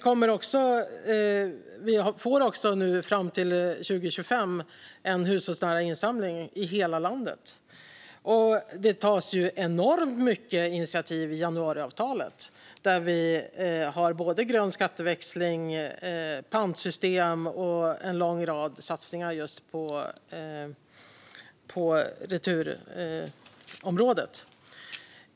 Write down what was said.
Under tiden fram till 2025 får vi en hushållsnära insamling i hela landet. Det tas också enormt många initiativ i januariavtalet, där vi har både grön skatteväxling och pantsystem och en lång rad satsningar på returområdet.